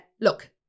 look